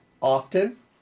often